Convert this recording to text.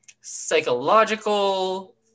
psychological